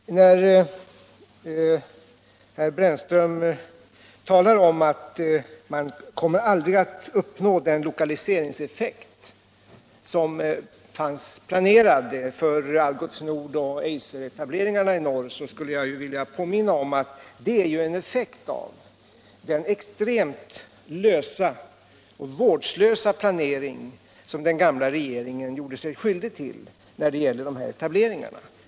Med anledning av att herr Brännström talar om att man aldrig kommer att nå den lokaliseringseffekt som var planerad för Algots Nordoch Eiseretableringarna i norr vill jag påminna om att det ju är en effekt av den extremt lösa och vårdslösa planering som den gamla regeringen gjorde sig skyldig till när det gäller dessa etableringar.